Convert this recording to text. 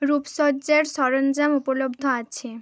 রূপসজ্জার সরঞ্জাম উপলব্ধ আছে